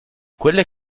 quelle